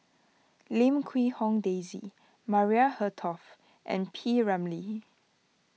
Lim Quee Hong Daisy Maria Hertogh and P Ramlee